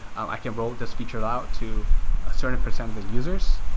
i can roll this feature out to a certain percent of the users.